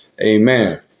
Amen